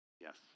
Yes